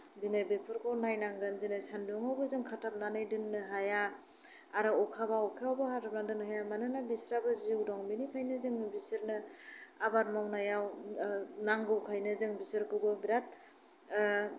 दिनै बेफोरखौ नायनांगोन दिनै सानदुंआवबो जों खाथाबनानै दोन्नो हाया आरो अखाबा अखायावबो खाथाबनानै दोन्नो हाया मानोना बिस्राबो जिउ दं बिनिखायनो जोङो बिसोरनो आबाद मावनायाव नांगौखायनो जों बिसोरखौबो बिराद